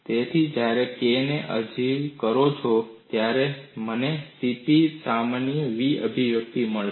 તેથી જ્યારે તમે k ને અવેજી કરો છો ત્યારે મને CP સમાન v અભિવ્યક્તિ મળશે